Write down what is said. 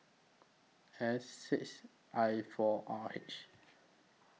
S six I four R H